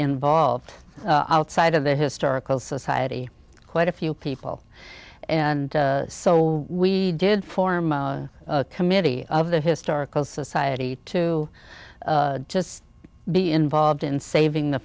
involved outside of the historical society quite a few people and so we did form a committee of the historical society to just be involved in saving the